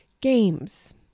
games